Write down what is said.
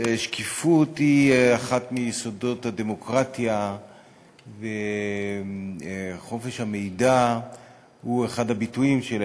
שקיפות היא אחד מיסודות הדמוקרטיה וחופש המידע הוא אחד הביטויים שלה,